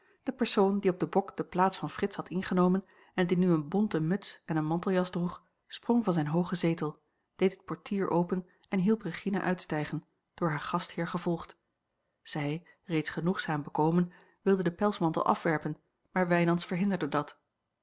de persoon die op den bok de plaats van frits had ingenomen en die nu eene bonte muts en een manteljas droeg sprong van zijn hoogen zetel deed het portier open en hielp regina uitstijgen door haar gastheer gevolgd zij reeds genoegzaam bekomen wilde den pelsmantel afwerpen maar wijnands verhinderde dat